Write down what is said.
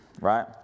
right